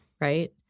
right